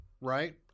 right